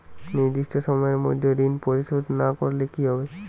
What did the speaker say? নির্দিষ্ট সময়ে মধ্যে ঋণ পরিশোধ না করলে কি হবে?